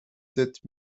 sept